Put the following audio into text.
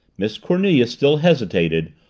miss cornelia still hesitated,